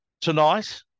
Tonight